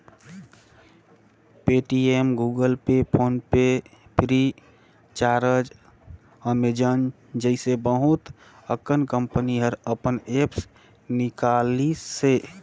Paytm, Google Pay, PhonePe Freecharge, Amazon जइसे बहुत अकन कंपनी हर अपन ऐप्स निकालिसे